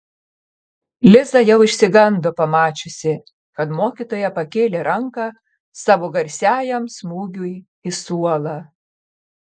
liza jau išsigando pamačiusi kad mokytoja pakėlė ranką savo garsiajam smūgiui į suolą